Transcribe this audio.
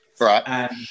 Right